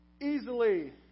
easily